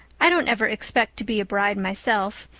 i don't ever expect to be a bride myself.